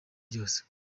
ryose